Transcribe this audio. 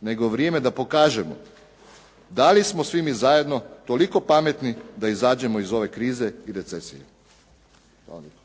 nego vrijeme da pokažemo da li smo svi mi zajedno toliko pametni da izađemo iz ove krize i recesije. Hvala.